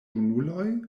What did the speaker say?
junuloj